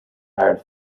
hired